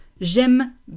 J'aime